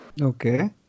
Okay